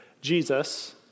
Jesus